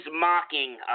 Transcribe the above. mocking